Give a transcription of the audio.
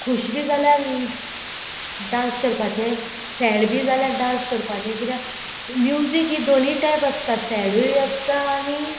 खुश बी जाल्यार डांस करपाचे सॅड बी जाल्यार डांस करपाचे कित्याक म्युजीक ही दोनीय टायप आसता सॅडूय आसता आनी